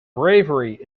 bravery